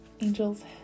angels